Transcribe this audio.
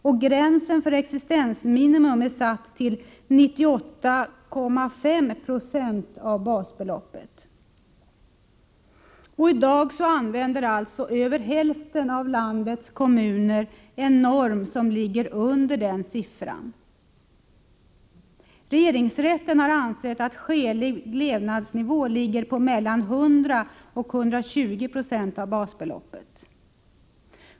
Och gränsen för existensminimum är satt till 98,5 0 av basbeloppet. I dag använder alltså över hälften av landets kommuner en norm som ligger under den siffran. Regeringsrätten har ansett att skälig levnadsnivå ligger på 100-120 76 av basbeloppet.